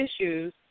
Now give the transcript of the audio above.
issues